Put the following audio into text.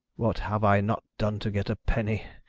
what have i not done to get a penny.